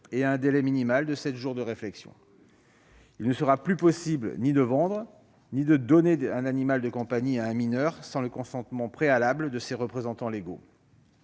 à un délai minimal de sept jours de réflexion. Il ne sera plus possible ni de vendre ni de donner un animal de compagnie à un mineur sans le consentement préalable de ses représentants légaux.